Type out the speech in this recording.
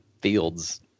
fields